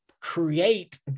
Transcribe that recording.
create